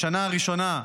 בשנה הראשונה,